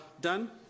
done